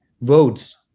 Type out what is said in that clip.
votes